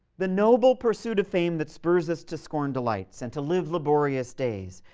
the noble pursuit of fame, that spurs us to scorn delights and to live laborious days.